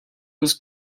was